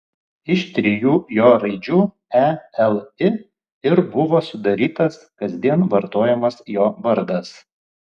iš trijų jo raidžių e l i ir buvo sudarytas kasdien vartojamas jo vardas